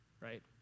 right